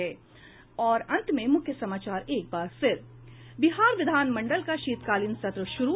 और अब अंत में मुख्य समाचार एक बार फिर बिहार विधानमंडल का शीतकालीन सत्र शुरू